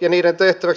ja edustaja kankaanniemen puheissa esille